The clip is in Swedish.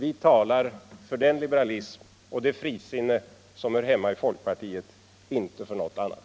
Vi talar för den liberalism och det frisinne som hör hemma i folkpartiet, inte för något annat.